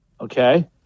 okay